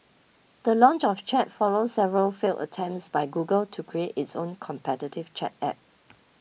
the launch of Chat follows several failed attempts by Google to create its own competitive chat app